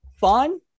fun